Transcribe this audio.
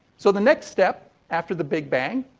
so the next step after the big bang.